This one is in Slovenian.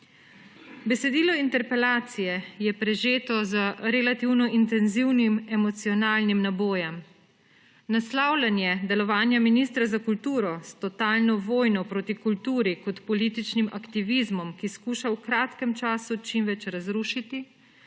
Besedilo interpelacije je prežeto z relativno intenzivnim emocionalnim nabojem. Naslavljanje delovanja ministra za kulturo s totalno vojno proti kulturi kot političnim aktivizmom, ki skuša v kratkem času čim več razrušiti,